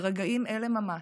ברגעים אלה ממש,